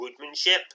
woodmanship